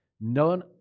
None